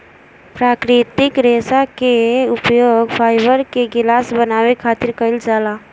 प्राकृतिक रेशा के उपयोग फाइबर के गिलास बनावे खातिर कईल जाला